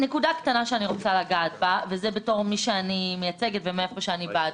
נקודה קטנה שאני רוצה לגעת בה בתור מי שאני מייצגת ומאיפה שאני באה.